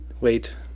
Wait